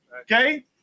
okay